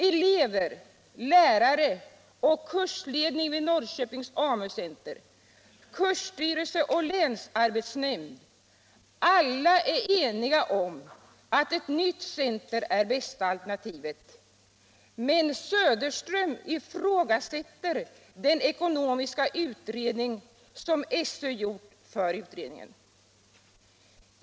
Elever, lärare och kursledning vid Norrköpings AMU-center, kursstyrelse och länsarbetsnämnd, alla är eniga om att ett nytt center är bästa alternativet. Men herr Söderström ifrågasätter den ekonomiska utredning som SÖ gjort för kommittén.